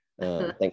thanks